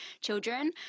children